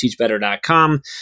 teachbetter.com